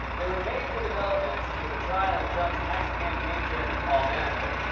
there were major developments in the trial of trump's ex-campaign chairman paul manafort.